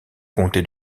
comté